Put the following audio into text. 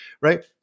right